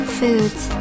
foods